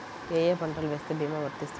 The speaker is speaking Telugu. ఏ ఏ పంటలు వేస్తే భీమా వర్తిస్తుంది?